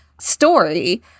story